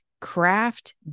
craft